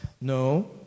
No